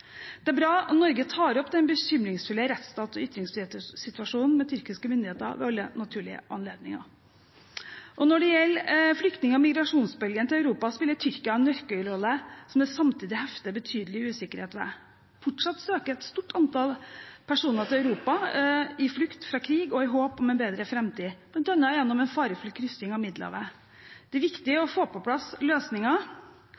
Det er bra Norge tar opp den bekymringsfulle rettsstats- og ytringsfrihetssituasjonen med tyrkiske myndigheter ved alle naturlige anledninger. Når det gjelder flyktning- og migrasjonsbølgen til Europa, spiller Tyrkia en nøkkelrolle som det samtidig er beheftet betydelig usikkerhet ved. Fortsatt søker et stort antall personer til Europa, i flukt fra krig og i håp om en bedre framtid, bl.a. gjennom en farefull kryssing av Middelhavet. Det